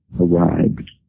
arrived